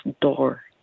door